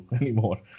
anymore